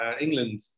England